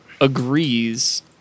agrees